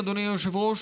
אדוני היושב-ראש,